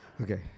Okay